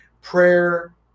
prayer